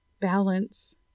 balance